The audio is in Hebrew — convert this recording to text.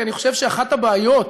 כי אני חושב שאחת הבעיות,